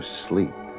sleep